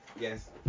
Yes